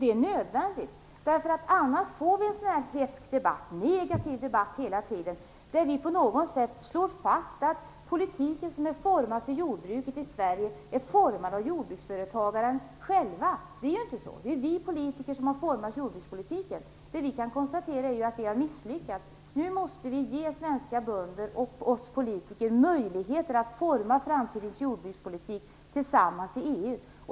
Det är nödvändigt, för annars får vi hela tiden en hätsk och negativ debatt, där vi på något sätt slår fast att politiken som är formad för jordbruket i Sverige är utformad av jordbruksföretagarna själva. Men det är inte så. Det är ju vi politiker som har format jordbrukspolitiken. Det vi kan konstatera är att vi har misslyckats. Nu måste vi ge svenska bönder och oss politiker möjligheter att tillsammans forma framtidens jordbrukspolitik i EU.